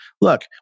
look